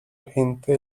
gente